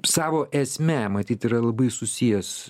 savo esme matyt yra labai susijęs